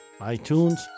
iTunes